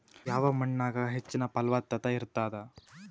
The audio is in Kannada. ಯಾವ ಮಣ್ಣಾಗ ಹೆಚ್ಚಿನ ಫಲವತ್ತತ ಇರತ್ತಾದ?